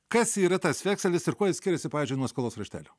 kas yra tas vekselis ir kuo jis skiriasi pavyzdžiui nuo skolos raštelio